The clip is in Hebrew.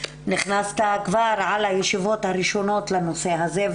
נכנסת כבר על הישיבות הראשונות לנושא הזה,